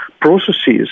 processes